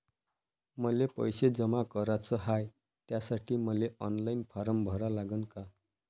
मले पैसे जमा कराच हाय, त्यासाठी मले ऑनलाईन फारम भरा लागन का?